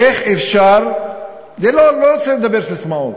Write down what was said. איך אפשר, אני לא רוצה לדבר בססמאות